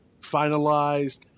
finalized